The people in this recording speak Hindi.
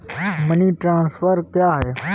मनी ट्रांसफर क्या है?